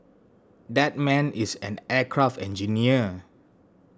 that man is an aircraft engineer